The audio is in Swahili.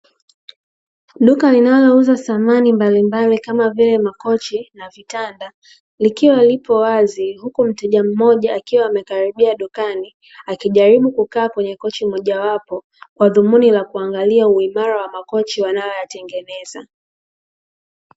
Duka linalouza samani mbalimbali kama vile makochi na vitanda likiwa lipo wazi, huku mteja mmoja akiwa amekaribia dukani akiwa amekaa kwenye kochi moja wapo kwa dhumuni la kuangalia uimara wa makochi wanayoyatengeneza.